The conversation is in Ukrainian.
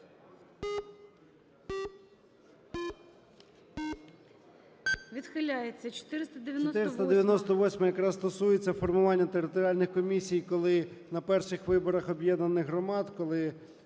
ЧЕРНЕНКО О.М. 498-а якраз стосується формування територіальних комісій, коли на перших виборах об'єднаних громад, коли